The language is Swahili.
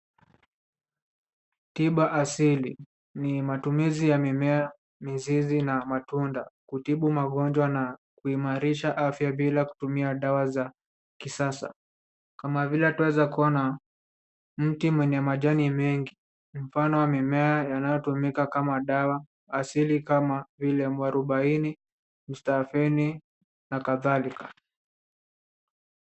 Tiba asili ni matumizi ya mimea, mizizi, na matunda, kutibu magonjwa na kuimarisha afya bila kutumia dawa za kisasa. Kama vile twaweza kuona mti mwenye majani mengi. Mfano wa mimea yanayotumika kama dawa asili kama vile mwarubaini, mstaafini, na kadhalika.